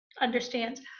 understands